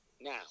Now